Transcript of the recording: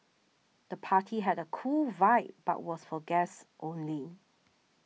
the party had a cool vibe but was for guests only